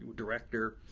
director,